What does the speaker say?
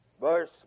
verse